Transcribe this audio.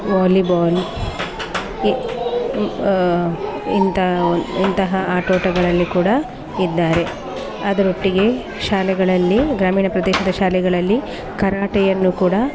volleyball ಇಂತ ಇಂತಹ ಆಟೋಟಗಳಲ್ಲಿ ಕೂಡ ಇದ್ದಾರೆ ಅದರೊಟ್ಟಿಗೆ ಶಾಲೆಗಳಲ್ಲಿ ಗ್ರಾಮೀಣ ಪ್ರದೇಶದ ಶಾಲೆಗಳಲ್ಲಿ ಕರಾಟೆಯನ್ನು ಕೂಡ